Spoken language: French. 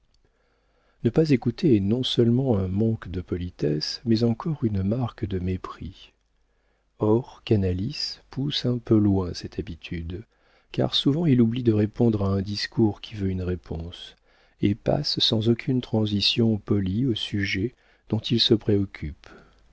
ne pas écouter est non-seulement un manque de politesse mais encore une marque de mépris or canalis pousse un peu loin cette habitude car souvent il oublie de répondre à un discours qui veut une réponse et passe sans aucune transition polie au sujet dont il se préoccupe